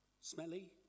Smelly